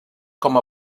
com